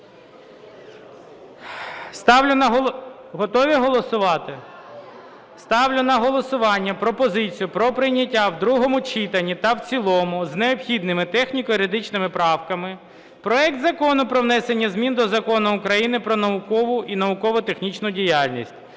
Готові голосувати? Ставлю на голосування пропозицію про прийняття у другому читанні та в цілому з необхідними техніко-юридичними правками проект Закону про внесення змін до Закону України "Про наукову і науково-технічну діяльність"